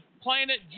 planet